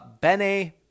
Benny